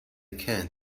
can